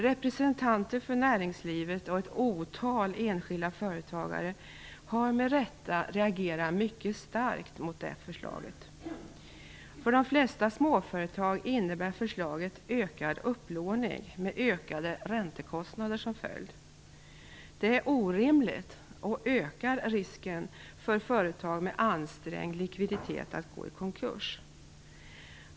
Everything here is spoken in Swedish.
Representanter för näringslivet och ett otal enskilda företagare har med rätta reagerat mycket starkt mot detta förslag. För de flesta småföretag innebär förslaget ökad upplåning med ökade räntekostnader som följd. Det är orimligt och ökar risken för företag med ansträngd likviditet att gå i konkurs.